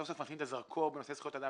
סוף-סוף מפנים את הזרקור בנושא זכויות אדם